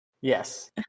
Yes